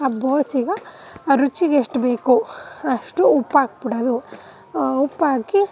ಆ ಬೋಸಿಗೆ ರುಚಿಗೆಷ್ಟು ಬೇಕು ಅಷ್ಟು ಉಪ್ಪಾಕಿಬಿಡೋದು ಉಪ್ಪಾಕಿ